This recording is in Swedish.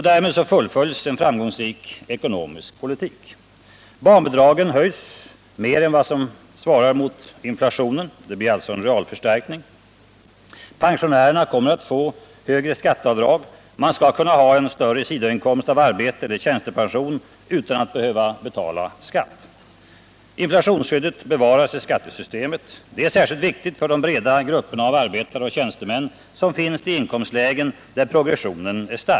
Därmed fullföljs en framgångsrik ekonomisk politik. Barnbidragen höjs mer än vad som svarar mot inflationen. Det blir alltså en realförstärkning. Pensionärerna kommer att få högre skatteavdrag. Man skall kunna ha en större sidoinkomst av arbete eller tjänstepension utan att behöva betala skatt. Inflationsskyddet bevaras i Nr 55 skattesystemet. Det är särskilt viktigt för de breda grupperna av arbetare och Torsdagen den tjänstemän som finns i inkomstlägen där progressionen är stark.